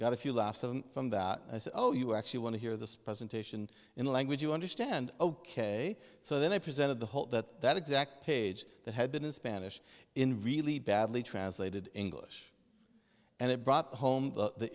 got a few laughs from that i said oh you actually want to hear this presentation in a language you understand ok so then i presented the whole that that exact page that had been in spanish in really badly translated english and it brought home the